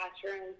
classroom